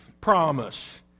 promise